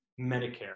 Medicare